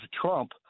trump